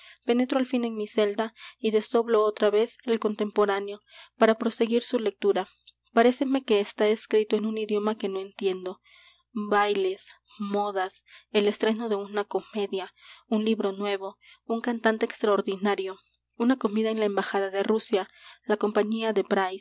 penetro al fin en mi celda y desdoblo otra vez el contemporáneo para proseguir su lectura paréceme que está escrito en un idioma que no entiendo bailes modas el estreno de una comedia un libro nuevo un cantante extraordinario una comida en la embajada de rusia la compañía de